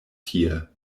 tie